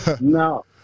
no